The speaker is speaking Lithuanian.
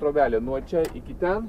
trobelė nuo čia iki ten